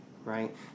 right